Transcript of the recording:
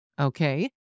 Okay